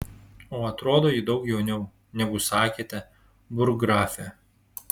o atrodo ji daug jauniau negu sakėte burggrafe